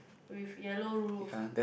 with yellow roof